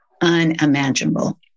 unimaginable